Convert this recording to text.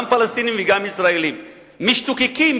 גם פלסטינים וגם ישראלים משתוקקים,